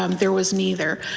um there was neither.